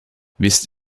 wisst